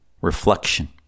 reflection